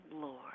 lord